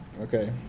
okay